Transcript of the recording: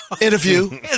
Interview